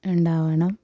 ഉണ്ടാവണം